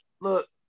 look